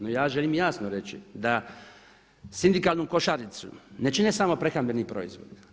No ja želim jasno reći da sindikalnu košaricu ne čini samo prehrambeni proizvod.